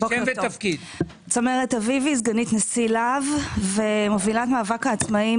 בוקר טוב, אני מובילת מאבק העצמאים